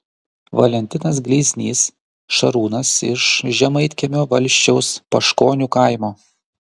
valentinas gleiznys šarūnas iš žemaitkiemio valsčiaus paškonių kaimo